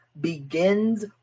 begins